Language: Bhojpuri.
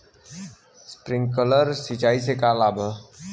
स्प्रिंकलर सिंचाई से का का लाभ ह?